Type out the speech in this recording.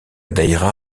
daïra